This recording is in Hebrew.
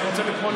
אני רוצה לקרוא,